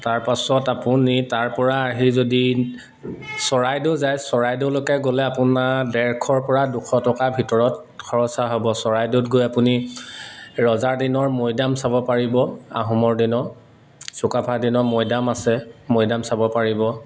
তাৰপাছত আপুনি তাৰ পৰা আহি যদি চৰাইদেউ যায় চৰাইদেউলৈকে গ'লে আপোনাৰ ডেৰশৰ পৰা দুশ টকাৰ ভিতৰত খৰচা হ'ব চৰাইদেউত গৈ আপুনি ৰজাৰ দিনৰ মৈদাম চাব পাৰিব আহোমৰ দিনৰ চুকাফাৰ দিনৰ মৈদাম আছে মৈদাম চাব পাৰিব